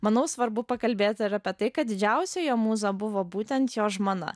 manau svarbu pakalbėt ir apie tai kad didžiausia jo mūza buvo būtent jo žmona